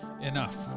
enough